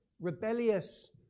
rebellious